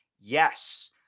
yes